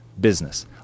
Business